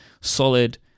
solid